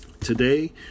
today